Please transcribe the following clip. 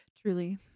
truly